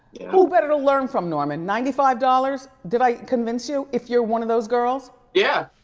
who better to learn from, norman? ninety five dollars, did i convince you, if you're one of those girls? yeah,